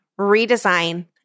redesign